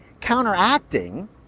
counteracting